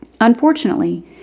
Unfortunately